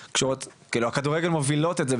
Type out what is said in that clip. הכדורגל מובילות את זה,